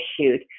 issued